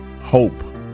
hope